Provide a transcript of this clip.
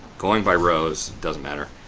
going by rows doesn't matter,